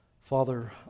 Father